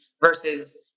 versus